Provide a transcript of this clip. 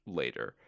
later